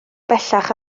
bellach